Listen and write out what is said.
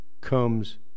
Comes